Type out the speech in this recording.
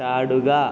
ചാടുക